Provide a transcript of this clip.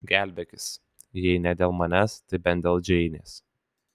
gelbėkis jei ne dėl manęs tai bent dėl džeinės